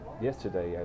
Yesterday